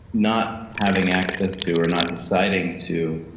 not having access to or not deciding to,